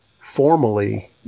formally